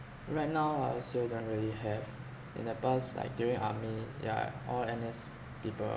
right now I would say don't really have in the past like during army yeah all N_S people